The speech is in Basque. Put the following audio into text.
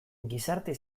gizarte